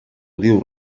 diu